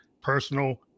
personal